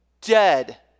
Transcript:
dead